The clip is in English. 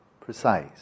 precise